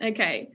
Okay